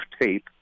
tape